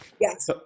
Yes